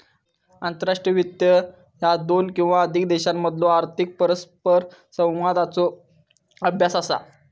आंतरराष्ट्रीय वित्त ह्या दोन किंवा अधिक देशांमधलो आर्थिक परस्परसंवादाचो अभ्यास असा